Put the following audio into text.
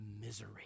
misery